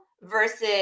versus